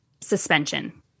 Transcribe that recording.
suspension